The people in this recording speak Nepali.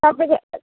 तपाईँको